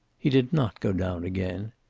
he did not go down again.